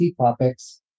topics